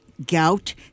gout